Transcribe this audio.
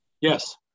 Yes